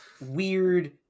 weird